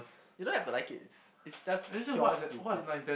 you don't have to like it it's it's just pure stupid